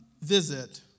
visit